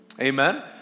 Amen